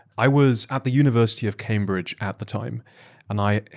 i was at the university of cambridge at the time and i,